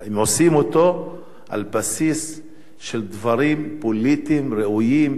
אם עושים אותו על בסיס של דברים פוליטיים ראויים,